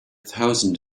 thousand